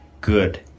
good